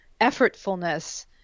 effortfulness